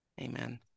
Amen